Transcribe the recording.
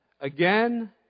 Again